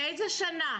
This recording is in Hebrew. מאיזה שנה?